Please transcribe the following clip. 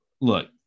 look